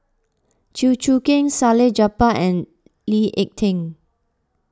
Chew Choo Keng Salleh Japar and Lee Ek Tieng